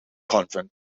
convent